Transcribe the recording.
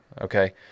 Okay